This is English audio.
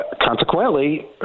Consequently –